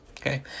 Okay